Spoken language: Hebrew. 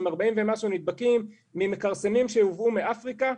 עם 40 ומשהו נדבקים ממכרסמים שיובאו מאפריקה,